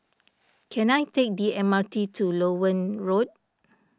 can I take the M R T to Loewen Road